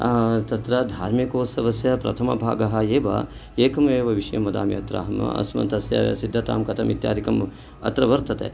तत्र धार्मिकोत्सवस्य प्रथमभागः एव एकम् एव विषयं वदामि अत्र अहम् अस्मत् तस्य सिद्धतां कथम् इत्यादिकम् अत्र वर्तते